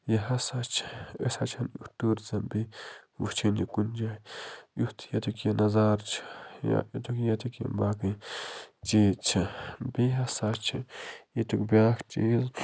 یہِ ہسا چھِ أسۍ ہا چھِنہٕ اِیُتھ ٹُوٗرِزٕم بیٚیہِ وٕچھٲنی کُنہِ جایہِ یُتھ ییٚتیُک یہِ نظارٕ چھِ یا ییٚتیُک ییٚتیُک یہِ باقٕے چیٖز چھِ بیٚیہِ ہسا چھِ ییٚتیُک بیاکھ چیٖز